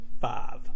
Five